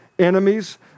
enemies